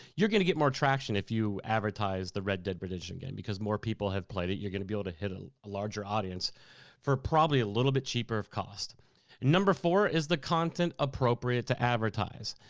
you're gonna get more traction if you advertise the red dead redemption game because more people have played it. you're gonna be able to hit ah a larger audience for probably a little bit cheaper of cost. and number four, is the content appropriate to advertise?